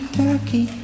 turkey